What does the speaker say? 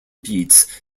beats